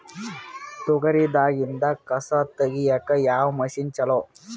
ತೊಗರಿ ದಾಗಿಂದ ಕಸಾ ತಗಿಯಕ ಯಾವ ಮಷಿನ್ ಚಲೋ?